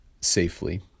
safely